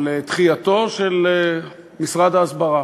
לתחייתו של משרד ההסברה.